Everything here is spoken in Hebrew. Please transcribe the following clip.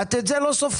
את את זה לא סופרת.